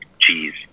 cheese